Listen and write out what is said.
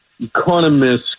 economists